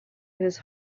his